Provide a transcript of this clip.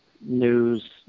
news